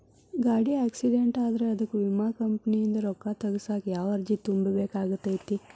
ಗಾಡಿ ಆಕ್ಸಿಡೆಂಟ್ ಆದ್ರ ಅದಕ ವಿಮಾ ಕಂಪನಿಯಿಂದ್ ರೊಕ್ಕಾ ತಗಸಾಕ್ ಯಾವ ಅರ್ಜಿ ತುಂಬೇಕ ಆಗತೈತಿ?